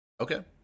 Okay